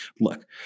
look